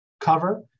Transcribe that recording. cover